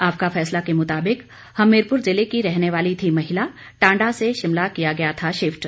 आपका फैसला के मुताबिक हमीरपुर जिले की रहने वाली थी महिला टांडा से शिमला किया गया था शिफ्ट